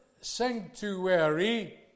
sanctuary